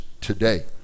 today